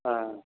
ହଁ